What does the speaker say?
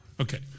Okay